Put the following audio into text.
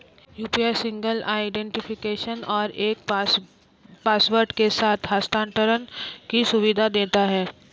UPI single identification और एक password के साथ हस्थानांतरण की सुविधा देता है